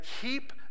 keep